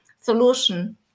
solution